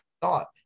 thought